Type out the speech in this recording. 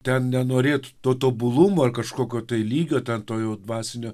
ten nenorėt to tobulumo ar kažkokio tai lygio ten to jau dvasinio